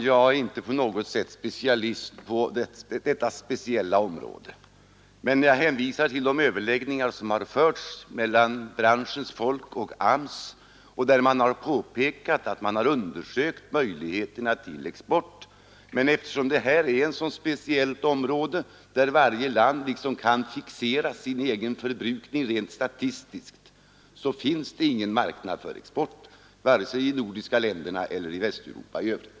Herr talman! Jag är inte specialist på just detta område, men jag hänvisar till de överläggningar som förts mellan branschens folk och AMS där man påpekat att man undersökt möjligheterna till export. Men eftersom detta är ett så speciellt område, där varje land liksom kan fixera sin egen förbrukning rent statistiskt, finns det inte någon marknad för export vare sig i de nordiska länderna eller i Västeuropa i övrigt.